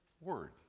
word